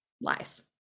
Lies